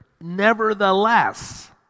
Nevertheless